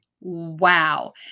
wow